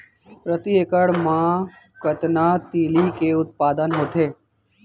प्रति एकड़ मा कतना तिलि के उत्पादन होथे?